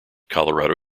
colorado